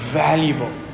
valuable